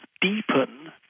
deepen